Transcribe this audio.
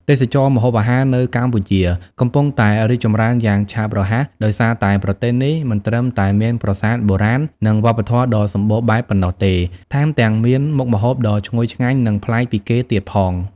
ទេសចរណ៍ម្ហូបអាហារនៅកម្ពុជា កំពុងតែរីកចម្រើនយ៉ាងឆាប់រហ័ស ដោយសារតែប្រទេសនេះមិនត្រឹមតែមានប្រាសាទបុរាណ និងវប្បធម៌ដ៏សម្បូរបែបប៉ុណ្ណោះទេ ថែមទាំងមានមុខម្ហូបដ៏ឈ្ងុយឆ្ងាញ់ និងប្លែកពីគេទៀតផង ។